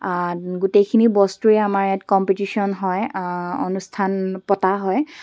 গোটেইখিনি বস্তুৱে আমাৰ ইয়াত কম্পিটিশ্যন হয় অনুষ্ঠান পতা হয়